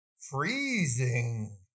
Freezing